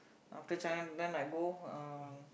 after China then might go um